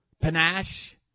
panache